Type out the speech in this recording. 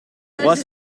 trois